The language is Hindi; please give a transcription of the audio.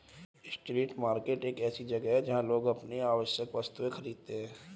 स्ट्रीट मार्केट एक ऐसी जगह है जहां लोग अपनी आवश्यक वस्तुएं खरीदते हैं